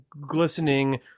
glistening